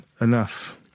enough